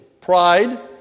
Pride